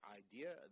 idea